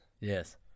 Yes